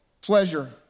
pleasure